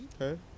Okay